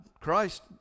Christ